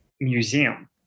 museum